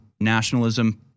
nationalism –